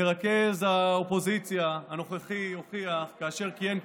מרכז האופוזיציה הנוכחי הוכיח, כאשר קיים,